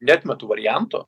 neatmetu varianto